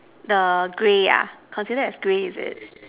the grey ah considered as grey is it